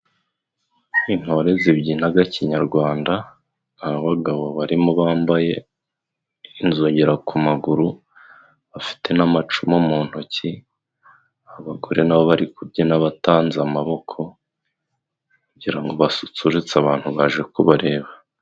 Intore zibyinaga kinyarwanda aho bagabo barimo bambaye inzogera ku maguru bafite n'amacumu mu ntoki, abagore na bo bari kubyina batanze amaboko kugira ngo basusutse abantu baje kubareba.